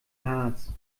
harz